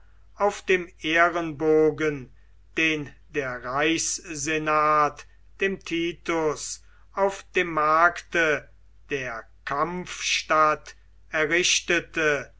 auf dem ehrenbogen den der reichssenat dem titus auf dem markte der kampfstadt errichtete